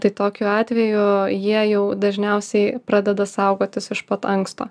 tai tokiu atveju jie jau dažniausiai pradeda saugotis iš pat anksto